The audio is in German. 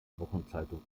wochenzeitung